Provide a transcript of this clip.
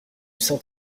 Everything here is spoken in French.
saint